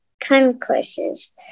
Concourses